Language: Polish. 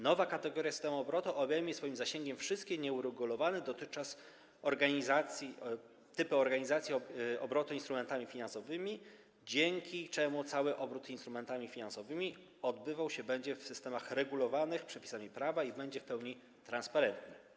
Nowa kategoria systemu obrotu obejmie swoim zasięgiem wszystkie nieuregulowane dotychczas typy organizacji obrotu instrumentami finansowymi, dzięki czemu cały obrót instrumentami finansowymi odbywał się będzie w systemach regulowanych przepisami prawa i będzie w pełni transparentny.